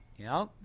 yup